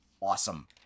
awesome